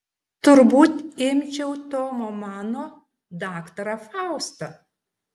turbūt imčiau tomo mano daktarą faustą